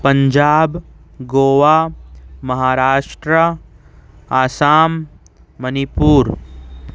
پنجاب گووا مہاراشٹرا آسام منی پور